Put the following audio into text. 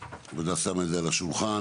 הוועדה שמה את זה על השולחן.